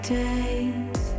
days